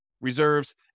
reserves